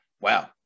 wow